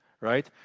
Right